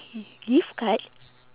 a gift card